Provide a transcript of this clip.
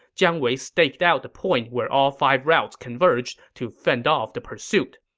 jiang wei staked out the point where all five routes converged to fend off the pursuit.